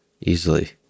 easily